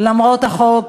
למרות החוק.